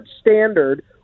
standard